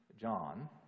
John